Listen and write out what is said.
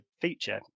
feature